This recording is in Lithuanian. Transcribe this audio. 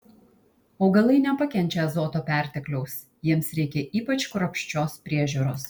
augalai nepakenčia azoto pertekliaus jiems reikia ypač kruopščios priežiūros